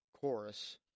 chorus